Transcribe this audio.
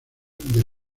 del